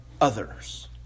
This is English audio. others